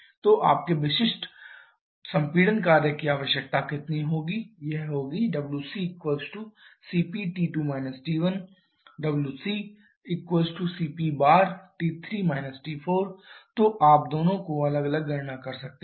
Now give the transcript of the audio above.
तो आपके विशिष्ट संपीड़न कार्य की आवश्यकता कितनी होगी wccpT2 T1 wccpT3 T4 तो आप दोनों को अलग अलग गणना कर सकते हैं